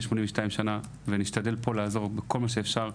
82 שנה ונשתדל פה לעזור בכל מה שאפשר,